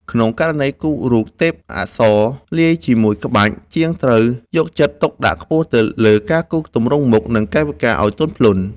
ក្នុងករណីគូររូបទេពអប្សរលាយជាមួយក្បាច់ ជាងត្រូវយកចិត្តទុកដាក់ខ្ពស់ទៅលើការគូរទម្រង់មុខ និងកាយវិការឱ្យទន់ភ្លន់។